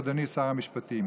אדוני שר המשפטים.